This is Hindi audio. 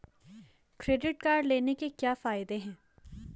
क्रेडिट कार्ड लेने के क्या फायदे हैं?